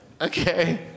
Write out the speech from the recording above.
Okay